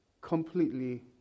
completely